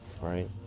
Right